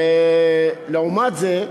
לעומת זה,